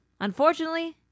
unfortunately